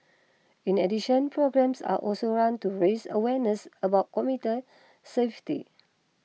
in addition programmes are also run to raise awareness about commuter safety